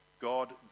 God